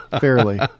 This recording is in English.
fairly